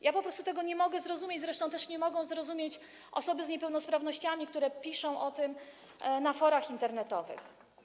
Ja po prostu tego nie mogę zrozumieć, zresztą nie mogą też zrozumieć osoby z niepełnosprawnościami, które piszą o tym na forach internetowych.